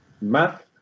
math